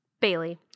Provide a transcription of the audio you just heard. Bailey